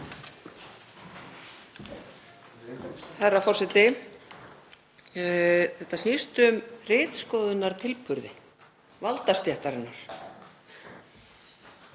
Herra forseti. Þetta snýst um ritskoðunartilburði valdastéttarinnar.